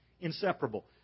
Inseparable